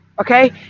okay